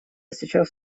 сейчас